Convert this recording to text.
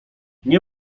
nie